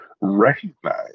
recognize